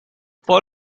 for